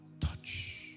touch